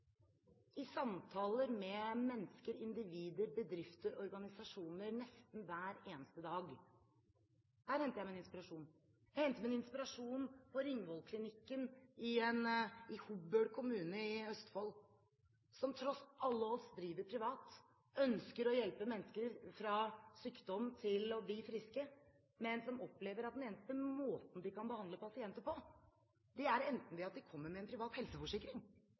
i samtaler med mennesker, individer, bedrifter og organisasjoner nesten hver eneste dag. Der henter jeg min inspirasjon. Jeg henter min inspirasjon på Ringvoll Klinikken i Hobøl kommune i Østfold, som tross alle odds driver privat, som ønsker å hjelpe syke mennesker til å bli friske, men som opplever at den eneste måten de kan behandle pasienter på, er enten ved at de kommer med en privat helseforsikring